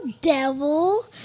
Devil